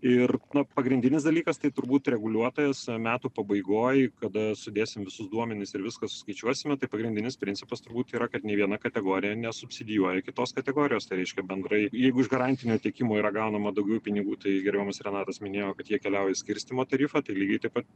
ir na pagrindinis dalykas tai turbūt reguliuotojas metų pabaigoj kada sudėsim visus duomenis ir viską suskaičiuosime tai pagrindinis principas turbūt yra kad nė viena kategorija nesubsidijuoja kitos kategorijos tai reiškia bendrai jeigu iš garantinio tiekimo yra gaunama daugiau pinigų tai gerbiamas renatas minėjo kad jie keliauja į skirstymo tarifą tai lygiai taip pat